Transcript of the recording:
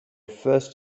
first